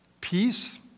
Peace